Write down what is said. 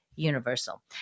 universal